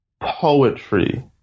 poetry